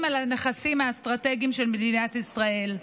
על הנכסים האסטרטגיים של מדינת ישראל.